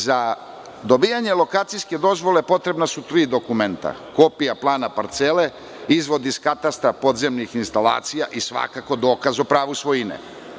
Za dobijanje lokacijske dozvole potrebna su tri dokumenta: kopija plana parcele, izvod iz katastra podzemnih instalacija i svakako dokaz o pravu svojine.